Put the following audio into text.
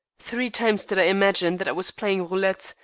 three times did i imagine that i was playing roulette,